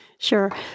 Sure